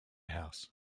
house